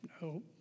No